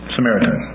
Samaritan